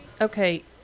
Okay